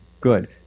good